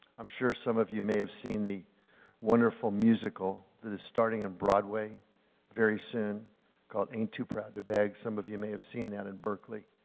i'm sure some of you may have seen the wonderful musical that is starting on and broadway very soon called ain't too proud to beg. some of you may have seen that in berkeley.